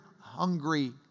hungry